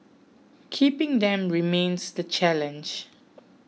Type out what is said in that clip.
keeping them remains the challenge